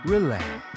Relax